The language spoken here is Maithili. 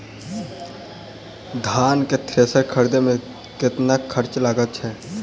धान केँ थ्रेसर खरीदे मे कतेक खर्च लगय छैय?